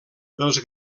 els